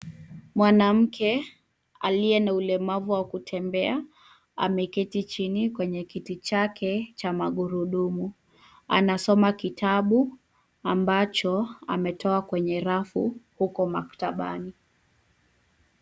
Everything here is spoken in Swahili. Mwanamke aliye na ulemavu wa kutembea ameketi chini kwenye kiti chake cha magurudumu. Anasoma kitabu ambacho ametoa kwenye rafu huko maktabani.